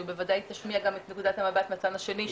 שבוודאי תשמיע גם את נציגת המבט מהצד השני.